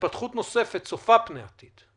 מהתפתחות נוספת, צופה פני עתיד,